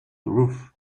ruth